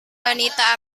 wanita